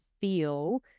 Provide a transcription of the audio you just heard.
feel